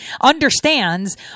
understands